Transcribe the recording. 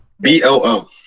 B-O-O